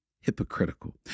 hypocritical